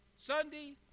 Sunday